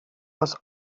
das